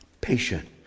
patient